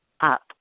up